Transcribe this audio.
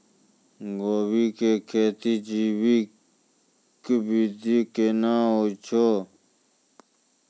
गोभी की खेती जैविक विधि केना हुए छ?